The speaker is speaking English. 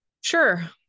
Sure